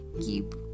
keep